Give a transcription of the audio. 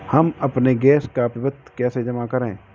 हम अपने गैस का विपत्र कैसे जमा करें?